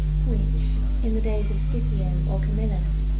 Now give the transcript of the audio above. which, in the days of scipio or camillus,